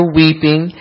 weeping